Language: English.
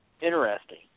interesting